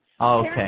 Okay